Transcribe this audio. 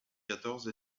quatorze